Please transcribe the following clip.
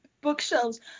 bookshelves